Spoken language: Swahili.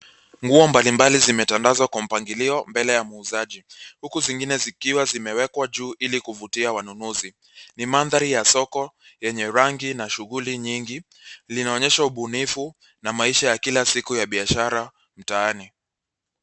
Nguo mbalimbali zimetandazwa kwa mpangilio mbele ya muuzaji huku zingine zikiwa zimewekwa juu ili kuvutia wanunuzi. Ni mandhari ya soko yenye rangi na shughuli nyingi. Linaonyesha ubunifu na maisha ya kila siku ya biashara mtaani.